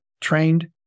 trained